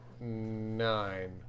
nine